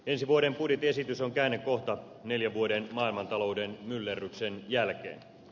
ensi vuoden budjettiesitys on käännekohta neljän vuoden maailmantalouden myllerryksen jälkeen